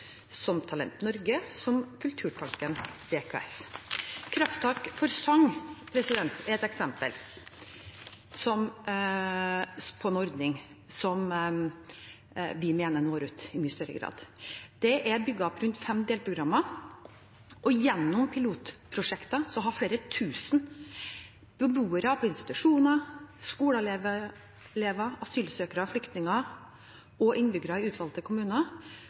som Talent Norge, som Kulturtanken – DKS. Krafttak for sang er et eksempel på en ordning som vi mener når ut i mye større grad. Det er bygget opp rundt fem delprogrammer, og gjennom pilotprosjekter har flere tusen beboere på institusjoner, skoleelever, asylsøkere og flyktninger og innbyggere i utvalgte kommuner